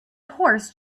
horse